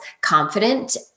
confident